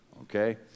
okay